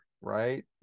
right